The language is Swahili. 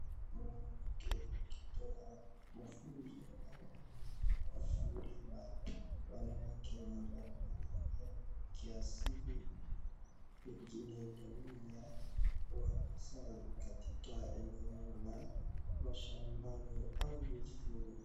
mwanamke akitoa mafunzo au kwa kuuliza wanawake wa jamii ya kiasili wa kimasai katika eneo la mashambani au mjini